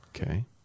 Okay